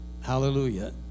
Hallelujah